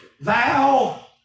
thou